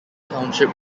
township